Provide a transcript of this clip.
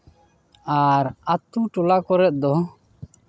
ᱟᱨ ᱟᱛᱳ ᱴᱚᱞᱟ ᱠᱚᱨᱮᱫ ᱫᱚ